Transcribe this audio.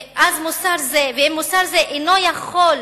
ואם מוסר זה אינו יכול,